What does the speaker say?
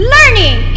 Learning